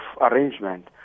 arrangement